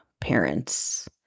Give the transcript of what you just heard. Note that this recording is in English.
parents